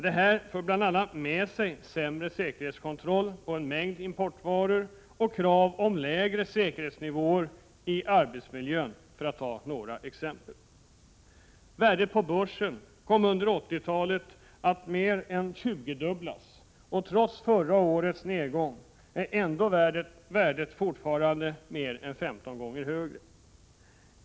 Detta för bl.a. med sig sämre säkerhetskontroll på en mängd importvaror och krav på lägre säkerhetsnivåer i arbetsmiljön, för att ta några exempel. Värdet på börsen kom under 80-talet att mer än tjugofaldigas, och trots förra årets nedgång är värdet fortfarande mer än 15 gånger högre än i slutet av 70-talet.